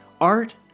art